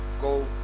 go